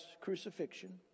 crucifixion